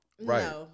Right